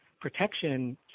protection